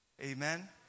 amen